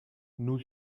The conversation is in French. nous